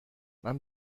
man